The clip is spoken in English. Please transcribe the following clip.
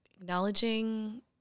acknowledging